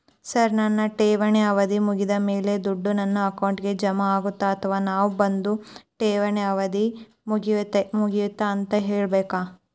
Sir ನನ್ನ ಠೇವಣಿ ಅವಧಿ ಮುಗಿದಮೇಲೆ, ದುಡ್ಡು ನನ್ನ ಅಕೌಂಟ್ಗೆ ಜಮಾ ಆಗುತ್ತ ಅಥವಾ ನಾವ್ ಬಂದು ಠೇವಣಿ ಅವಧಿ ಮುಗದೈತಿ ಅಂತ ಹೇಳಬೇಕ?